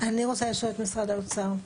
אני רוצה לשאול את משרד האוצר,